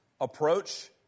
approach